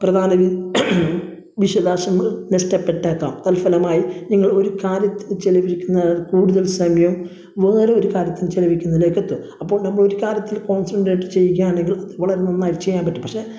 പരമാവധി വിഷധാംശങ്ങൾ നഷ്ടപ്പെട്ടേക്കാം തൽഫലമായി നിങ്ങൾ ഒരു കാര്യത്തിന് ചിലവഴിക്കുന്ന കൂടുതൽ സമയം വേറെ ഒരു കാര്യത്തിന് ചിലവഴിക്കുന്നതിലേക്കെത്തും അപ്പോൾ നമ്മൾ ഒരു കാര്യത്തിൽ കോൺസെൺട്രേറ്റ് ചെയ്യുകയാണെങ്കിൽ നമ്മളത് നന്നായിട്ട് ചെയ്യാൻ പറ്റും പക്ഷേ